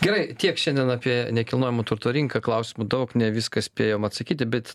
gerai tiek šiandien apie nekilnojamo turto rinką klausimų daug ne viską spėjom atsakyti bet